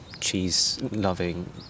cheese-loving